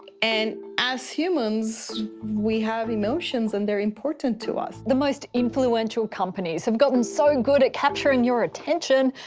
and as humans we have emotions and they're important to us. the most influential companies have gotten so good at capturing your attention,